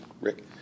Rick